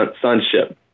sonship